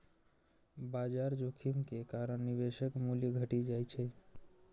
बाजार जोखिम के कारण निवेशक मूल्य घटि जाइ छै